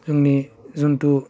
जोंनि जिथु